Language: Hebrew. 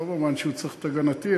לא במובן שהוא צריך את הגנתי,